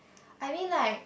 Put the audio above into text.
I think like